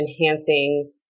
enhancing